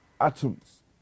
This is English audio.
Atoms